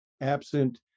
absent